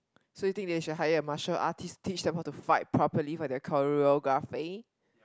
so you think they should hire a martial artist teach them how to fight properly for their choreography